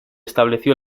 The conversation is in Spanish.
estableció